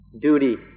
Duty